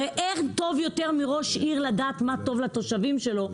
הרי אין טוב יותר מראש עיר לדעת מה טוב לתושבים שלו.